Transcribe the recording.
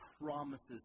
promises